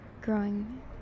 growing